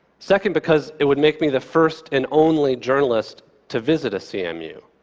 second, because it would make me the first and only journalist to visit a cmu.